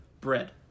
bread